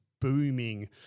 booming